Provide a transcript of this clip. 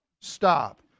stop